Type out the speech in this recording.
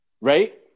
Right